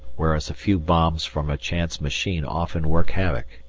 whereas a few bombs from a chance machine often work havoc.